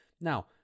Now